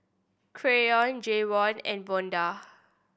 Canyon Jayvon and Vonda